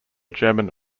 german